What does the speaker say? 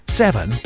seven